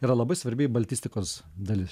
yra labai svarbi baltistikos dalis